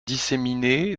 disséminés